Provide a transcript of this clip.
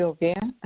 silvia.